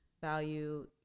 value